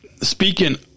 speaking